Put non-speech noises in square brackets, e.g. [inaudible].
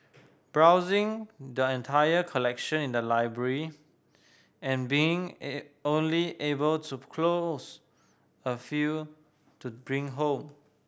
browsing the entire collection in the library and being a only able to [unintelligible] a few to bring home